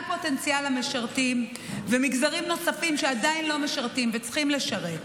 פוטנציאל המשרתים ומגזרים נוספים שעדיין לא משרתים וצריכים לשרת.